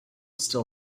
still